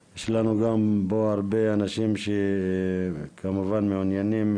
להגדיל את הסיכון שיכול להיות בלתי הפיך לשונית האלמוגים באילת,